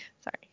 Sorry